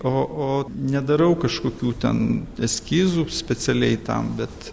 o o nedarau kažkokių ten eskizų specialiai tam bet